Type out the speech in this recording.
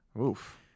Oof